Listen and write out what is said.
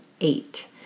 eight